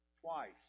twice